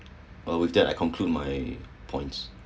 uh with that I conclude my points